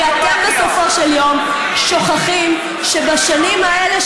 כי בסופו של יום אתם שוכחים שבשנים האלה,